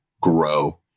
grow